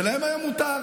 ולהם היה מותר,